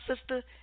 sister